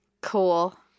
Cool